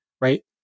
right